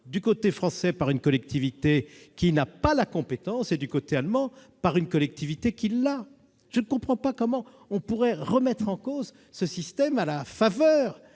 du côté français par une collectivité qui n'a pas la compétence et du côté allemand par une collectivité qui l'a. Je ne comprends pas comment on pourrait remettre en cause ce système à la faveur